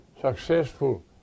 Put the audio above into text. successful